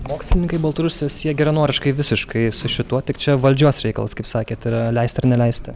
mokslininkai baltarusius jie geranoriškai visiškai su šituo tik čia valdžios reikalas kaip sakėt yra leisti ar neleisti